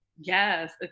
Yes